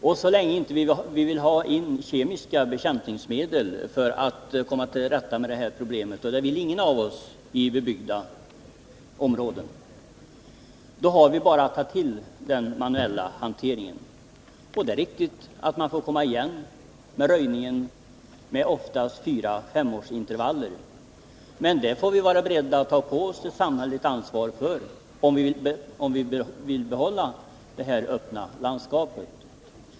Och så länge vi inte vill ha in kemiska bekämpningsmedel för att komma till rätta med förbuskningsproblemet — och det vill ingen av oss ha i bebyggda områden — har vi bara att ta till den manuella hanteringen. Det är riktigt att man får komma igen med röjningen, oftast med fyra till fem års intervaller, men det får vi vara beredda att ta på oss ett samhälleligt ansvar för, om vi vill behålla det öppna landskapet.